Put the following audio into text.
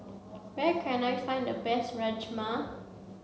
where can I find the best Rajma